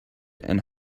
and